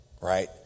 Right